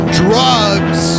drugs